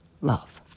love